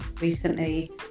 recently